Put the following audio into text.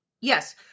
Yes